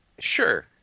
Sure